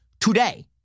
today